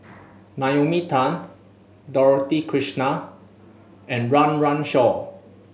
Naomi Tan Dorothy Krishnan and Run Run Shaw